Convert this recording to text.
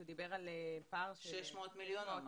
שהוא דיבר על פער --- 600 מיליון הוא אמר.